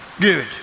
Good